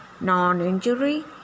non-injury